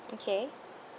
okay